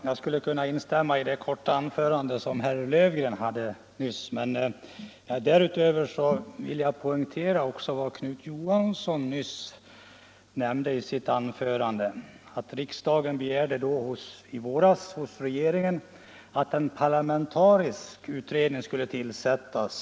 Herr talman! Jag kan instämma i herr Löfgrens korta anförande. Men därutöver vill jag poängtera vad herr Knut Johansson i Stockholm nyss framhöll, att riksdagen i fjol på förslag av finansutskottet hos regeringen begärde att en parlamentarisk besparingsutredning skulle tillsättas.